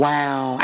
Wow